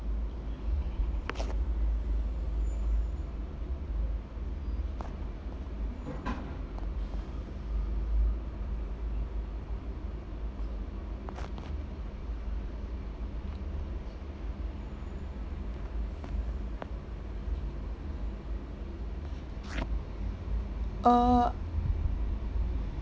uh